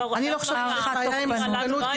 אני לא חושבת שיש בעיה עם "מסוכנות"